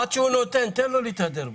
תן לו להתהדר בזה.